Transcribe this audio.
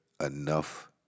enough